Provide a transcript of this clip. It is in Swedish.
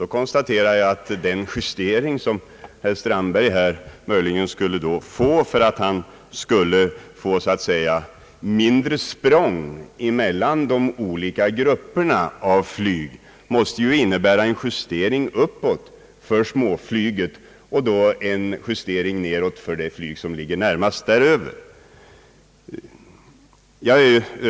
Då konstaterar jag att den justering som herr Strandberg vill göra för att så att säga få mindre språng mellan de olika grupperna måste innebära justering uppåt för småflyget och justering nedåt för det flyg som ligger närmast däröver.